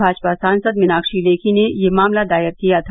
भाजपा सांसद मीनाक्षी लेखी ने यह मामला दायर किया था